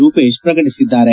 ರೂಪೇಶ್ ಪ್ರಕಟಿಸಿದ್ದಾರೆ